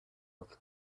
old